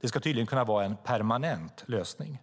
Det ska tydligen kunna vara en permanent lösning.